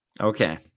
okay